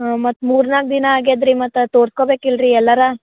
ಹಾಂ ಮತ್ತು ಮೂರು ನಾಲ್ಕು ದಿನ ಆಗ್ಯದ ರೀ ಮತ್ತೆ ಅದು ತೋರ್ಸ್ಕೊಬೇಕು ಇಲ್ರೀ ಎಲ್ಲರ